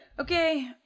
Okay